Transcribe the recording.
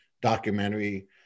documentary